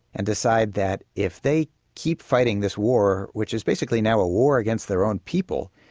and decide that if they keep fighting this war which is basically now a war against their own people,